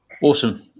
Awesome